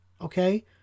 okay